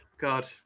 God